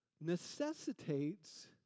necessitates